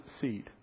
seed